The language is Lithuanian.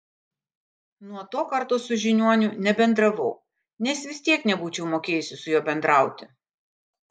nuo to karto su žiniuoniu nebendravau nes vis tiek nebūčiau mokėjusi su juo bendrauti